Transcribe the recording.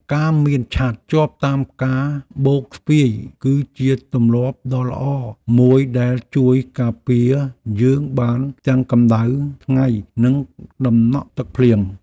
ការមានឆ័ត្រជាប់តាមកាបូបស្ពាយ គឺជាទម្លាប់ដ៏ល្អមួយដែលជួយការពារយើងបានទាំងកម្តៅថ្ងៃនិងតំណក់ទឹកភ្លៀង។